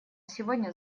сегодня